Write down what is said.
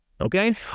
okay